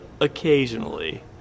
occasionally